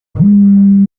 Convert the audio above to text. órgano